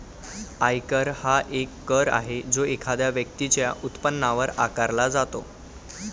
आयकर हा एक कर आहे जो एखाद्या व्यक्तीच्या उत्पन्नावर आकारला जातो